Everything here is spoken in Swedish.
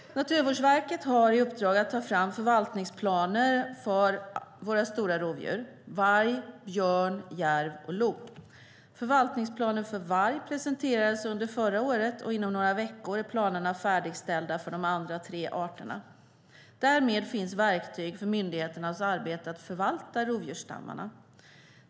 Naturvårdsverket har i uppdrag att ta fram förvaltningsplaner för våra stora rovdjur: varg, björn, järv och lo. Förvaltningsplanen för varg presenterades under förra året, och inom några veckor är planerna färdigställda för de andra tre arterna. Därmed finns verktyg för myndigheternas arbete att förvalta rovdjursstammarna.